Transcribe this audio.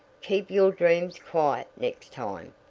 keep your dreams quiet next time,